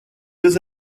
deux